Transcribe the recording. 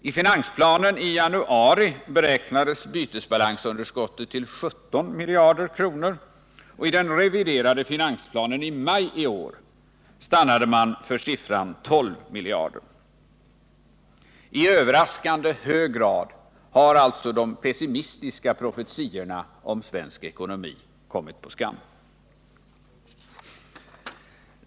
I finansplanen i januari beräknades bytesbalansunderskottet till 17 miljarder kronor, och i den reviderade finansplanen i maj i år stannade man för siffran 12 miljarder. I överraskande hög grad har alltså de pessimistiska profetiorna i svensk ekonomi kommit på skam.